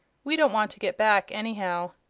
we don't want to get back, anyhow.